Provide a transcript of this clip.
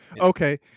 Okay